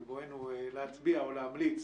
בבואנו להצביע או להמליץ